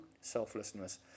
selflessness